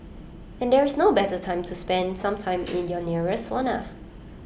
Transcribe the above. and there is no better time to spend some time in your nearest sauna